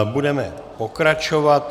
Budeme pokračovat.